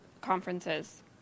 conferences